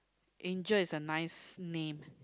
Angel is a nice name